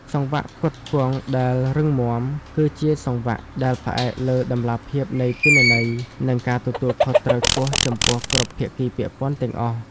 សង្វាក់ផ្គត់ផ្គង់ដែលរឹងមាំ គឺជាសង្វាក់ដែលផ្អែកលើតម្លាភាពនៃទិន្នន័យ និងការទទួលខុសត្រូវខ្ពស់ចំពោះគ្រប់ភាគីពាក់ព័ន្ធទាំងអស់។